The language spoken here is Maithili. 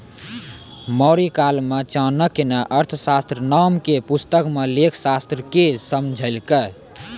मौर्यकाल मे चाणक्य ने अर्थशास्त्र नाम के पुस्तक मे लेखाशास्त्र के समझैलकै